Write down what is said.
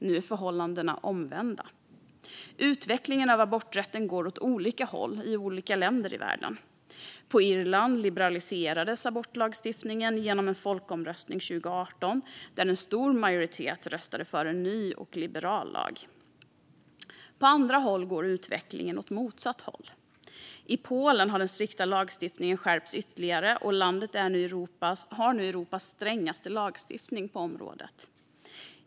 Nu är förhållandena omvända. Utvecklingen av aborträtten går åt olika håll i olika länder i världen. I Irland liberaliserades abortlagstiftningen genom en folkomröstning 2018, där en stor majoritet röstade för en ny och liberal lag. På andra håll går utvecklingen åt motsatt håll. I Polen har den strikta lagstiftningen skärpts ytterligare, och landet har nu Europas strängaste lagstiftning på området.